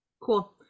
Cool